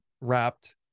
wrapped